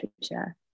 literature